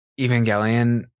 Evangelion